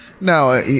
Now